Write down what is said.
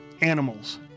animals